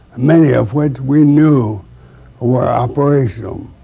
many of which we knew were operational.